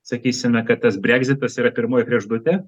sakysime kad tas brekzitas yra pirmoji kregždutė